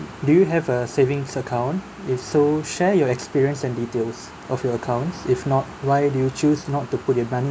do you have a savings account if so share your experience and details of your accounts if not why do you choose not to put your money